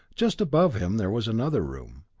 just above him there was another room,